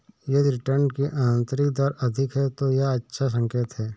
यदि रिटर्न की आंतरिक दर अधिक है, तो यह एक अच्छा संकेत है